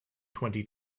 twenty